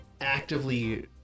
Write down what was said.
actively